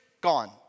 gone